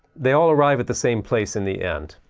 they all arrive at the same place in the end.